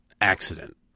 accident